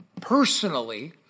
personally